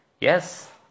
Yes